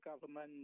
government